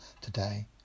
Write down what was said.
today